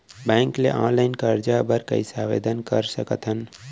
Bank ले online करजा बर कइसे आवेदन कर सकथन?